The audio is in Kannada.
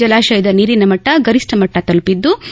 ಜಲಾಶಯದ ನೀರಿನ ಮಟ್ಟ ಗರಿಷ್ಟ ಮಟ್ಟ ತಲುಪಿದ್ಲು